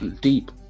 deep